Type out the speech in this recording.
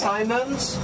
Simons